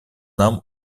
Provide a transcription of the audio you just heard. нам